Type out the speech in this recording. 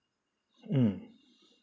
mm